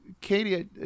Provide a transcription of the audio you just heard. Katie